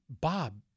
Bob